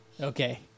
Okay